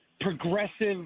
progressive